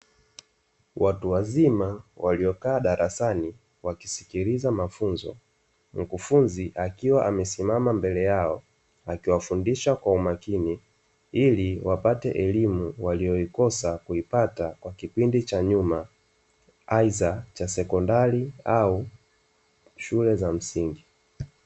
Watu wazima waliokaa darasani wakisikiliza mafunzo, mkufunzi akiwa amesimama mbele yao akiwafundisha kwa umakini ili wapate elimu waliyoikosa kuipata kwa kipindi cha nyuma aidha cha sekondari au shule za msingi.